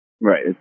Right